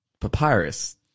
papyrus